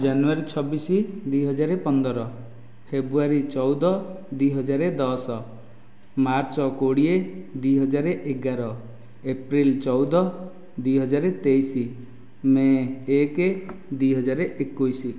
ଜାନୁଆରୀ ଛବିଶ ଦୁଇ ହଜାର ପନ୍ଦର ଫେବୃଆରୀ ଚଉଦ ଦୁଇ ହଜାର ଦଶ ମାର୍ଚ୍ଚ କୋଡ଼ିଏ ଦୁଇ ହଜାର ଏଗାର ଏପ୍ରିଲ ଚଉଦ ଦୁଇ ହଜାର ତେଇଶ ମେ ଏକ ଦୁଇ ହଜାର ଏକୋଇଶ